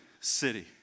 city